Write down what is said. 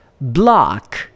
Block